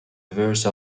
verse